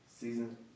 season